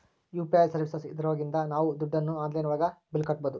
UPI services ಇದ್ರೊಳಗಿಂದ ನಾವ್ ದುಡ್ಡು ಆನ್ಲೈನ್ ಒಳಗ ಬಿಲ್ ಕಟ್ಬೋದೂ